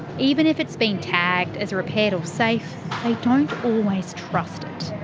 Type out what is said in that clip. even if it's been tagged as repaired or safe, they don't always trust it.